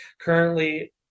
currently